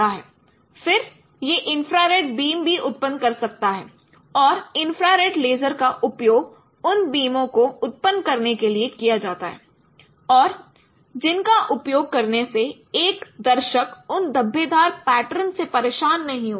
फिर यह इंफ्रारेड बीमभी उत्पन्न कर सकता है और इन्फ्रारेड लेज़र का उपयोग उन बीमों को उत्पन्न करने के लिए किया जाता है और जिनका उपयोग करने से एक दर्शक उन धब्बेदार पैटर्न से परेशान नहीं होगा